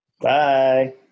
Bye